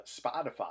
Spotify